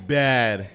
bad